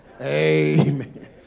amen